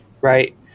right